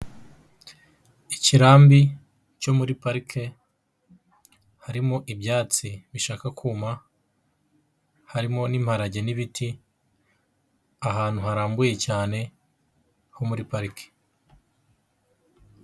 Ikirambi cyo muri Parike harimo: ibyatsi bishaka kuma, harimo n'imparage n'ibiti. Ahantu harambuye cyane ho muri Parike.